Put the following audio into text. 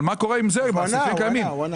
מה שהיא אמרה?